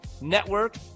Network